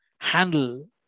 Handle